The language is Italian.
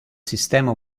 sistema